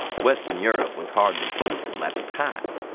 western europe was hardly peaceful at the time.